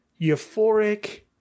euphoric